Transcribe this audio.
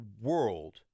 world